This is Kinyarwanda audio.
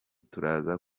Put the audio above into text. turaza